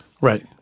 Right